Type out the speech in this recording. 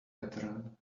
veteran